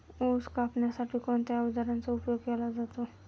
ऊस कापण्यासाठी कोणत्या अवजारांचा उपयोग केला जातो?